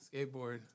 Skateboard